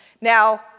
Now